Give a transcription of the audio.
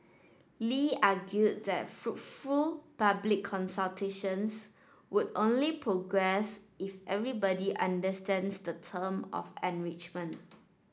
Lee argued that fruitful public consultations would only progress if everybody understands the term of engagement